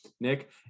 Nick